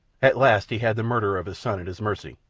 at last he had the murderer of his son at his mercy.